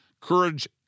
Courage